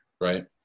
right